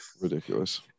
ridiculous